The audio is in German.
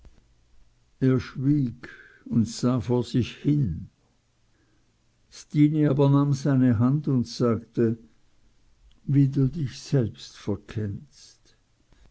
er schwieg und sah vor sich hin stine aber nahm seine hand und sagte wie du dich selbst verkennst